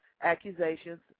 accusations